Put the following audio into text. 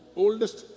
oldest